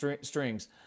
strings